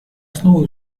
основой